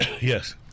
Yes